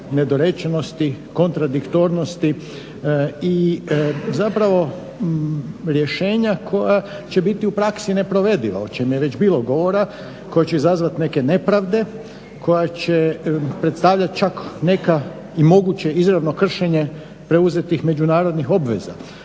nedorečenosti, kontradiktornosti i zapravo rješenja koja će biti u praksi neprovediva, o čem je već bilo govora, koja će izazvati nekakve nepravde, koja će predstavljat čak neka i moguće izravno kršenje preuzetih međunarodnih obveza.